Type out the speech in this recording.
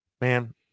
Man